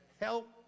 help